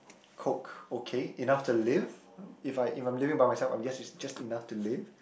cook okay enough to live if I if I'm living by myself I guess it's just enough to live